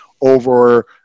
over